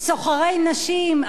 סוחרי נשים,